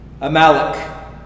Amalek